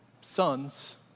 Sons